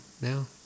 now